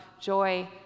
joy